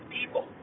people